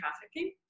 trafficking